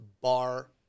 bar